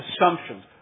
assumptions